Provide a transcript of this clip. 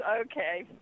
okay